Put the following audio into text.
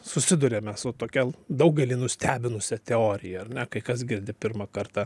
susiduriame su tokia daugelį nustebinusia teorija ar ne kai kas girdi pirmą kartą